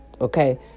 okay